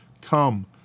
Come